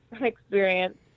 experience